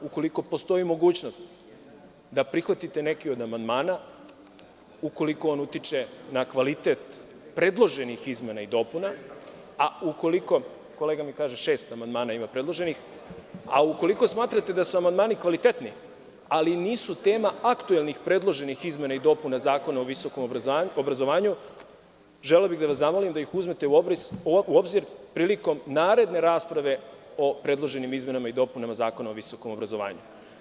Ukoliko postoji mogućnost da prihvatite neke od amandmana, ukoliko on utiče na kvalitet predloženih izmena i dopuna, a kolega mi kaže da ima šest predloženih amandmana, i ukoliko smatrate da su amandmani kvalitetni, ali nisu tema aktuelnih predloženih izmena i dopuna Zakona o visokom obrazovanju, želeo bih da vas zamolim da ih uzmete u obzir prilikom naredne rasprave o predloženim izmenama i dopunama Zakona o visokom obrazovanju.